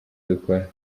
dukora